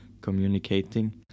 communicating